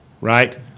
Right